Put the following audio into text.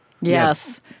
Yes